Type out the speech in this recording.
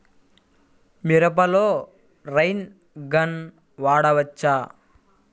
మిరపలో rain gun వాడవచ్చా?